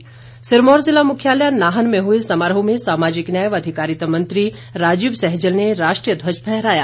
नाहन समारोह सिरमौर ज़िला मुख्यालय नाहन में हुए समारोह में सामाजिक न्याय व अधिकारिता मंत्री राजीव सैजल ने राष्ट्रीय ध्वज फहराया